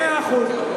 מאה אחוז.